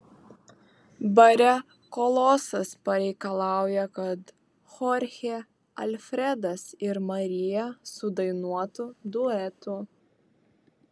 bare kolosas pareikalauja kad chorchė alfredas ir marija sudainuotų duetu